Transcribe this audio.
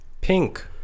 Pink